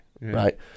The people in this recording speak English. right